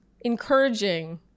encouraging